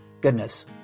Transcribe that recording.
goodness